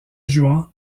juan